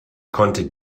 konnte